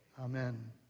Amen